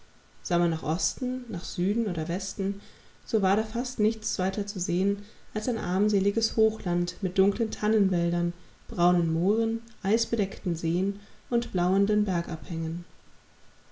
man nach osten nach süden oder westen so war da fast nichts weiter zu sehen als ein armseliges hochland mit dunklen tannenwäldern braunen mooren eisbedeckten seen und blauenden bergabhängen